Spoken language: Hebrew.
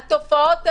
התופעות האלה,